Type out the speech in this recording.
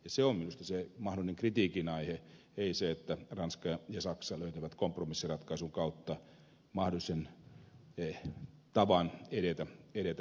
se on minusta se mahdollinen kritiikin aihe ei se että ranska ja saksa löytävät kompromissiratkaisun kautta mahdollisen tavan edetä eteenpäin